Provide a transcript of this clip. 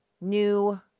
new